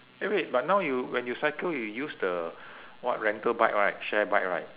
eh wait but now you when you cycle you use the what rental bike right share bike right